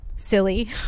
Silly